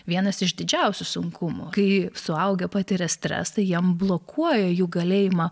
vienas iš didžiausių sunkumų kai suaugę patiria stresą jiem blokuoja jų galėjimą